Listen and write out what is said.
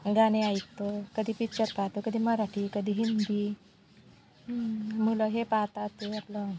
गाणे ऐकतो कधी पिक्चर पाहतो कधी मराठी कधी हिंदी मुलं हे पाहतात ते आपलं